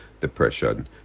depression